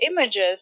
images